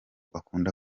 akunda